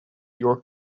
your